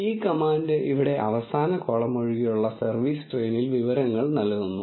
ഈ കമാൻഡ് ഇവിടെ അവസാന കോളം ഒഴികെയുള്ള സർവീസ് ട്രെയിനിൽ വിവരങ്ങൾ നൽകുന്നു